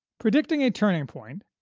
predicting a turning point,